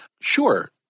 sure